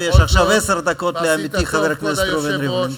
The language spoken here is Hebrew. יש עכשיו עשר דקות לעמיתי חבר הכנסת ראובן ריבלין.